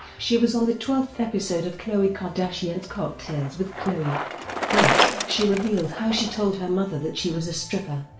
she was on the twelfth episode of khloe kardashian's kocktails with khloe in it, she revealed how she told her mother that she was a stripper.